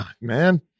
man